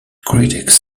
critics